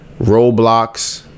Roblox